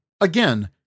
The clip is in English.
again